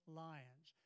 lions